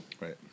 Right